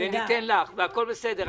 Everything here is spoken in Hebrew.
וניתן לך והכול בסדר.